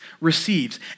receives